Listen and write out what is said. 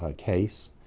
ah case.